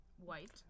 White